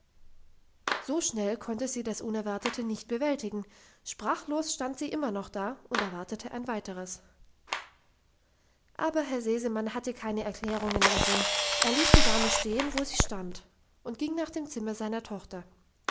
so schnell konnte sie das unerwartete nicht bewältigen sprachlos stand sie immer noch da und erwartete ein weiteres aber herr sesemann hatte keine erklärungen im sinn er ließ die dame stehen wo sie stand und ging nach dem zimmer seiner tochter